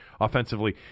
offensively